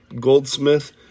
goldsmith